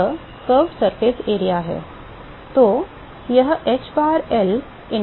यह घुमावदार सतह क्षेत्र है